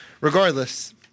regardless